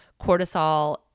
Cortisol